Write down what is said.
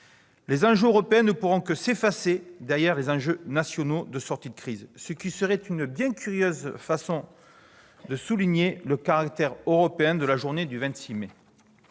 les enjeux européens ne pourraient que s'effacer derrière des enjeux nationaux de sortie de crise, ce qui serait une bien curieuse façon de souligner le caractère européen de la journée du 26 mai.